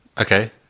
Okay